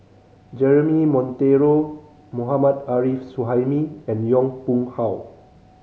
Jeremy Monteiro Mohammad Arif Suhaimi and Yong Pung How